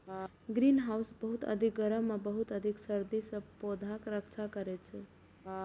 greenhouse बहुत अधिक गर्मी आ बहुत अधिक सर्दी सं पौधाक रक्षा करै छै